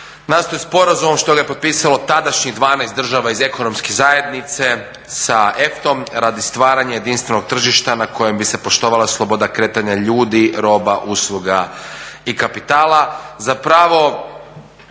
nastao je sporazumom što ga je potpisalo tadašnjih 12 država iz ekonomske zajednice sa EFT-om radi stvaranja jedinstvenog tržišta na kojem bi se poštovala sloboda kretanja ljudi, roba, usluga i kapitala.